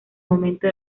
momento